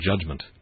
judgment